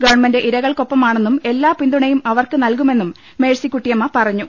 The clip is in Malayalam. ഗവൺമെന്റ് ഇരകൾക്കൊപ്പമാണെന്നും എല്ലാ പിന്തുണയും അവർക്ക് നൽകുമെന്നും മേഴ്സിക്കുട്ടിയമ്മ പറഞ്ഞു